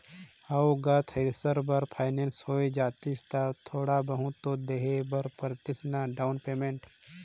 हव गा थेरेसर बर फाइनेंस होए जातिस फेर थोड़ा बहुत तो देहे बर परतिस ना डाउन पेमेंट